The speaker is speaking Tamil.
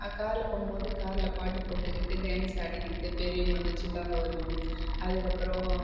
அக்காரில் போகும்போது காரில் பாட்டு போட்டுக்கிட்டு டான்ஸ் ஆடிக்கிட்டு பெரியவங்கள்லேருந்து சின்னவங்க வரையும் அதற்கப்பறம்